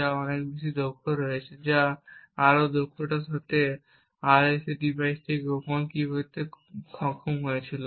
যা অনেক বেশি দক্ষ হয়েছে এবং যা আরও দক্ষতার সাথে আরএসএ ডিভাইস থেকে গোপন কী বের করতে সক্ষম হয়েছিল